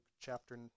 chapter